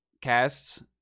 casts